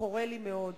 חורה לי מאוד.